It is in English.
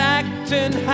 acting